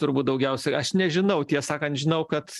turbūt daugiausiai aš nežinau ties sakant žinau kad